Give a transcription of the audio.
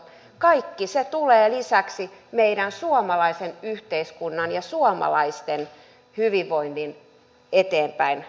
kaikki se tulee lisäksi meidän suomalaisen yhteiskuntamme ja suomalaisten hyvinvoinnin eteenpäinviemiseksi